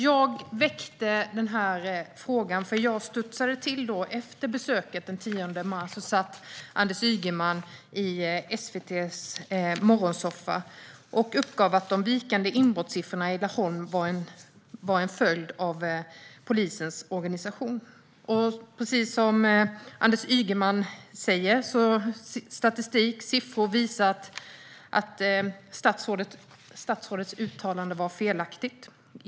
Jag väckte denna fråga, för jag studsade till när Anders Ygeman efter besöket den 10 mars satt i SVT:s morgonsoffa och uppgav att de vikande inbrottssiffrorna i Laholm var en följd av polisens omorganisation. Men precis som Anders Ygeman säger visar statistiken att statsrådet uttalande var felaktigt.